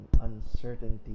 uncertainty